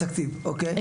התקציב, אוקיי.